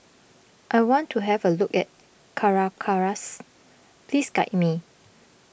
I want to have a look at Caracas please guide me